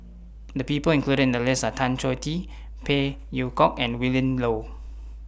The People included in The list Are Tan Choh Tee Phey Yew Kok and Willin Low